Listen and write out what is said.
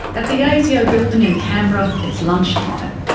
at the asio building in canberra, it's lunchtime.